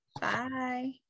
Bye